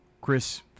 Chris